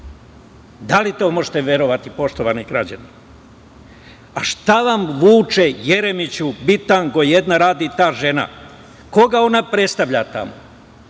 Da li to možete verovati, poštovani građani? Šta vam, Vuče Jeremiću, bitango jedna, radi ta žena? Koga ona predstavlja tamo?